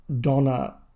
Donna